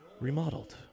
remodeled